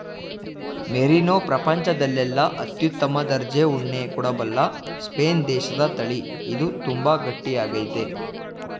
merino ಪ್ರಪಂಚದಲ್ಲೆಲ್ಲ ಅತ್ಯುತ್ತಮ ದರ್ಜೆ ಉಣ್ಣೆ ಕೊಡಬಲ್ಲ ಸ್ಪೇನ್ ದೇಶದತಳಿ ಇದು ತುಂಬಾ ಗಟ್ಟಿ ಆಗೈತೆ